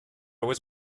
was